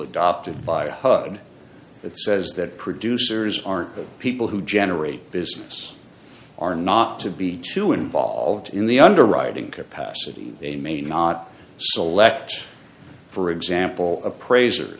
adopted by a hud that says that producers are the people who generate business are not to be too involved in the underwriting capacity they may not select for example appraiser